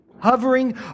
hovering